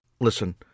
listen